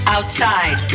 Outside